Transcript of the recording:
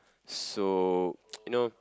so you know